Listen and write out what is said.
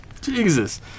Jesus